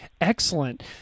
Excellent